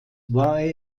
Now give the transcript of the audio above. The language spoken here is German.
war